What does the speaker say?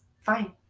fine